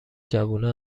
جوونا